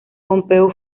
pompeu